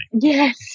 Yes